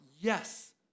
Yes